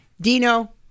Dino